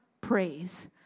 praise